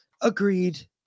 Agreed